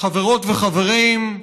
חברות וחברים,